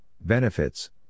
Benefits